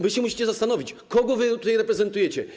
Wy się musicie zastanowić, kogo wy tu reprezentujecie.